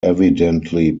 evidently